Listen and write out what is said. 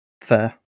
Fair